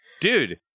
dude